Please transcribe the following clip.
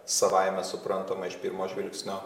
savaime suprantama iš pirmo žvilgsnio